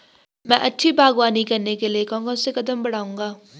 मैं अच्छी बागवानी करने के लिए कौन कौन से कदम बढ़ाऊंगा?